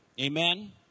Amen